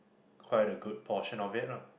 quite a good portion of it lah